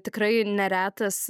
tikrai neretas